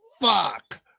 fuck